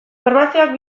formazioak